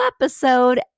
episode